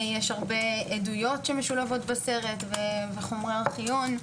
יש הרבה עדויות שמשולבות בסרט וחומרי ארכיון.